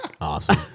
Awesome